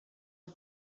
die